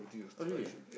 oh really ah